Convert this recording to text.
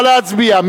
נא להצביע.